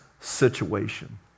situation